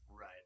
Right